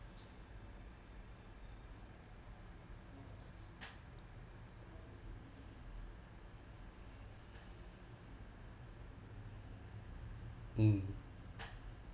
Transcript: mm